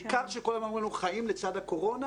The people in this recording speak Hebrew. בעיקר כשכל הזמן אומרים לנו חיים לצד הקורונה